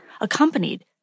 accompanied